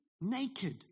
naked